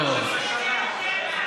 סגן השר.